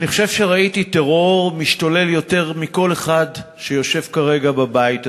אני חושב שראיתי טרור משתולל יותר מכל אחד שיושב כרגע בבית הזה,